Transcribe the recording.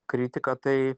kritika tai